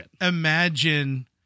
imagine